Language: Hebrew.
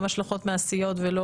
גם השלכות מעשיות ולא